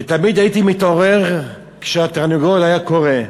ותמיד הייתי מתעורר כשהתרנגול היה קורא.